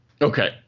Okay